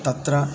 तत्र